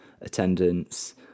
attendance